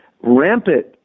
Rampant